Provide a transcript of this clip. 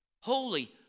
holy